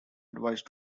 advice